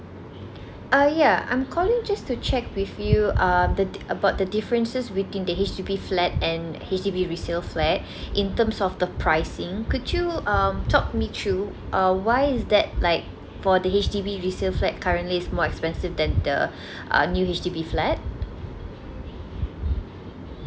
uh ya I'm calling just to check with you um the di~ about the differences within the H_D_B flat and H_D_B resale flat in terms of the pricing could you um talk me through uh why is that like for the H_D_B resale flat currently is more expensive than the uh a new H_D_B flat